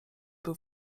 był